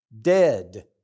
Dead